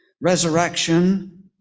resurrection